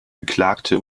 beklagte